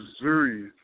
Missouri